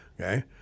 okay